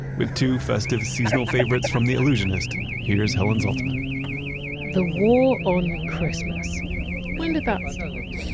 with two festive seasonal favorites from the allusionist, here is helen zaltzman the war on christmas when did that start?